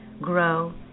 grow